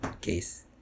case